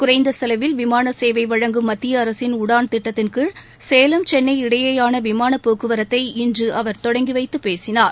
குறைந்த செலவில் விமான சேவை வழங்கும் மத்திய அரசின் உடான்திட்டத்தின்கீழ் சேலம் சென்னை இடையேயான விமானப் போக்குவரத்தை இன்று அவர் தொடங்கி வைத்து பேசினார்